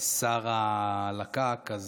שר הלק"ק,